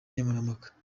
nkemurampaka